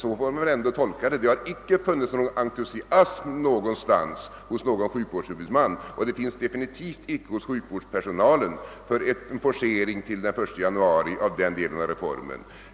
Ingen sjukvårdshuvudman och defini tivt inte sjukvårdspersonalen har visat någon entusiasm för en forcering till den 1 januari av den delen av reformen.